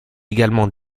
également